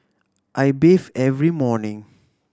I bathe every morning